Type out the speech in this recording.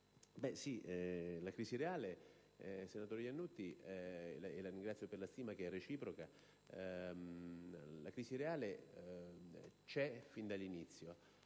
alla crisi reale. Senatore Lannutti, la ringrazio per la stima, che è reciproca: la crisi reale c'è fin dall'inizio.